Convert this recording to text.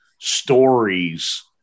stories